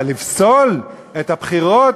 אבל לפסול את הבחירות,